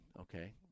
okay